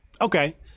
Okay